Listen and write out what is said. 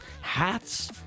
hats